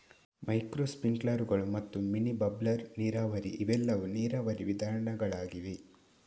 micro ಸ್ಪ್ರಿಂಕ್ಲರುಗಳು ಮತ್ತು mini bubbler ನೀರಾವರಿ ಇವೆಲ್ಲವೂ ನೀರಾವರಿ ವಿಧಾನಗಳಾಗಿವೆ